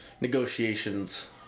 negotiations